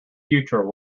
future